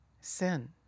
sin